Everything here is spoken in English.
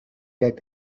that